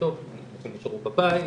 אנשים נשארו בבית,